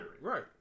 right